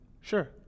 Sure